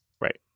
right